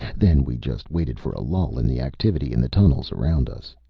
then we just waited for a lull in the activity in the tunnels around us.